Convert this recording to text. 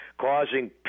causing